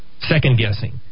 second-guessing